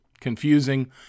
confusing